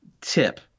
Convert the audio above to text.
tip